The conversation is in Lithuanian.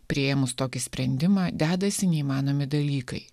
priėmus tokį sprendimą dedasi neįmanomi dalykai